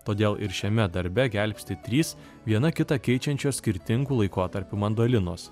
todėl ir šiame darbe gelbsti trys viena kitą keičiančios skirtingų laikotarpių mandolinos